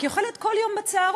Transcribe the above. כי היא אוכלת כל יום בצהרון.